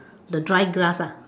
the dry grass ah